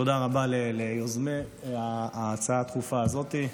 שוב, באמת תודה רבה ליוזמי ההצעה הדחופה הזאת.